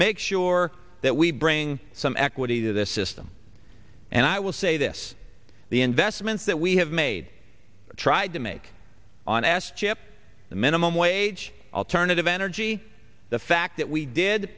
make sure that we bring some equity to this system and i will say this the investments that we have made or tried to make on asked chip the minimum wage alternative energy the fact that we did